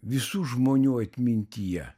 visų žmonių atmintyje